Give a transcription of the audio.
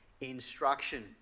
instruction